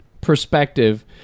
perspective